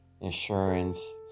insurance